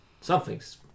something's